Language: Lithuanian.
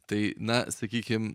tai na sakykim